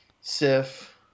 Sif